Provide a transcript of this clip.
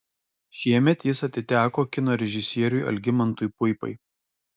šiemet jis atiteko kino režisieriui algimantui puipai